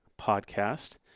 podcast